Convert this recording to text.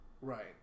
Right